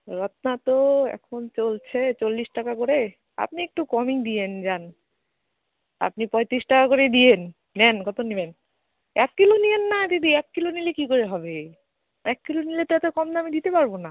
রত্না তো এখন চলছে চল্লিশ টাকা করে আপনি একটু কমই দিয়েন যান আপনি পঁয়তিরিশ টাকা করেই দিয়েন নেন কত নিবেন এক কিলো নিন না দিদি এক কিলো নিলে কি করে হবে এক কিলো নিলে তো এত কম দামে দিতে পারবো না